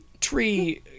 tree